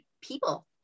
people